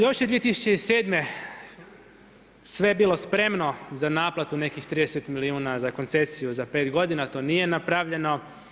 Još je 2007. sve je bilo spremno za naplatu nekih 30 milijuna, za koncesiju za 5 godina, to nije napravljeno.